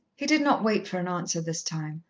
he did not wait for an answer this time,